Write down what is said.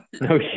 no